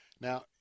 Now